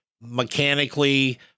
mechanically